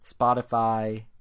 Spotify